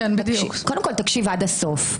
קודם כל תקשיב עד הסוף,